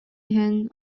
иһэн